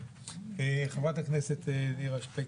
חברת הכנסת נירה שפק,